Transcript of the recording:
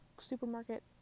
supermarket